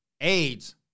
AIDS